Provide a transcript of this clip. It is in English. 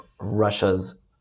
Russia's